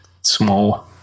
small